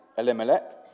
Elimelech